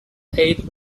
aid